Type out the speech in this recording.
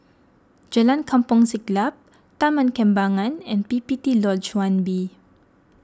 Jalan Kampong Siglap Taman Kembangan and P P T Lodge one B